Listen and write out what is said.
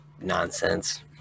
nonsense